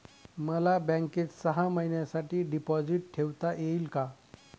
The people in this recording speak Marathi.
मला बँकेत सहा महिन्यांसाठी डिपॉझिट ठेवता येईल का?